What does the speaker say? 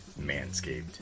manscaped